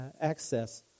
access